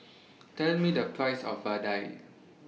Tell Me The Price of Vadai